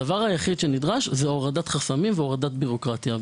הדבר היחיד שנדרש הוא הורדת חסמים והורדת בירוקרטיה.